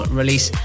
release